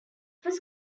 was